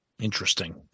Interesting